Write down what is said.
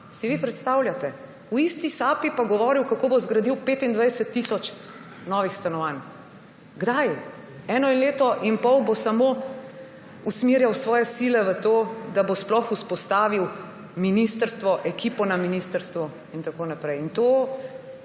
Si vi predstavljate? Vi isti sapi pa je govoril, kak ob zgradil 25 tisoč novih stanovanj. Kdaj? Eno leto in pol bo samo usmerjal svoje sile v to, da bo sploh vzpostavil ministrstvo, ekipo na ministrstvu in tako naprej. In to